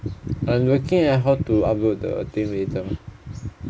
I'm looking at how to upload the thing later